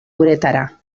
uretara